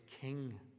king